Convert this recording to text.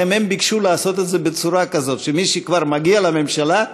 לכן הם ביקשו לעשות את זה בצורה כזאת שמי שכבר מגיע לממשלה,